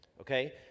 Okay